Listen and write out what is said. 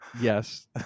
yes